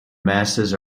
masses